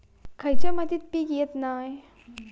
खयच्या मातीत पीक येत नाय?